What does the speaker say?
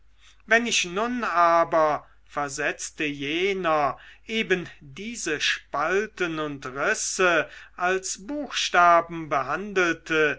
wenn ich nun aber versetzte jener eben diese spalten und risse als buchstaben behandelte